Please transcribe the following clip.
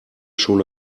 schon